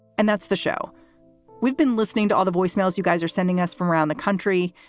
and that's the show we've been listening to, all the voicemails you guys are sending us from around the country.